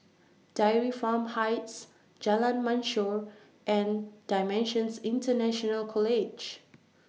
Dairy Farm Heights Jalan Mashor and DImensions International College